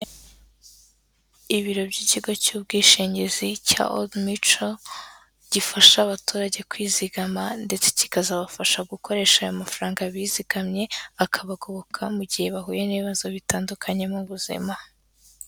ibiro by'ikigo cy'ubwishingizi cya odi mico gifasha abaturage kwizigama ndetse kikazabafasha gukoresha ayo mafaranga bizigamye, akabagoboka mu gihe bahuye n'ibibazo bitandukanye mu buzima.